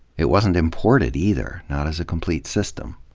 it wasn't imported either, not as a complete system.